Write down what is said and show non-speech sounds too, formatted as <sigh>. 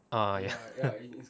ah ya <laughs>